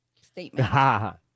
statement